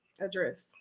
address